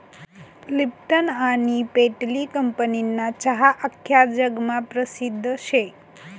Lipton आनी पेटली कंपनीना चहा आख्खा जगमा परसिद्ध शे